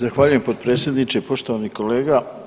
Zahvaljujem potpredsjedniče, poštovani kolega.